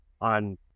on